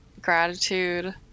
gratitude